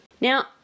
Now